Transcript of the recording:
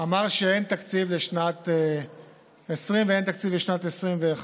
אמר שאין תקציב לשנת 2020 ואין תקציב לשנת 2021